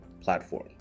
platform